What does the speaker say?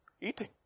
Eating